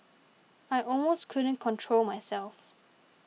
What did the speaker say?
I almost couldn't control myself